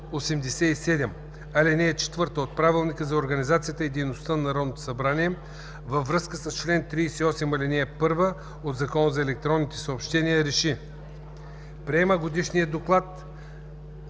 ал. 4 от Правилника за организацията и дейността на Народното събрание, във връзка с чл. 38, ал. 1 от Закона за електронните съобщения РЕШИ: Приема Годишния доклад